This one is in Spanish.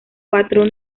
cuatro